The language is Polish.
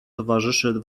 towarzyszy